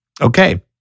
Okay